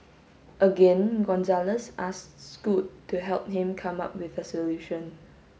again Gonzalez asked Scoot to help him come up with a solution